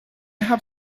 have